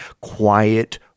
quiet